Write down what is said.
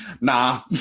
Nah